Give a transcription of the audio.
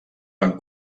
van